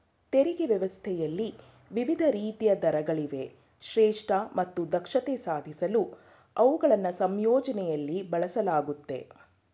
ತೆರಿಗೆ ವ್ಯವಸ್ಥೆಯಲ್ಲಿ ವಿವಿಧ ರೀತಿಯ ದರಗಳಿವೆ ಶ್ರೇಷ್ಠ ಮತ್ತು ದಕ್ಷತೆ ಸಾಧಿಸಲು ಅವುಗಳನ್ನ ಸಂಯೋಜನೆಯಲ್ಲಿ ಬಳಸಲಾಗುತ್ತೆ